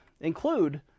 include